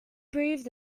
breathed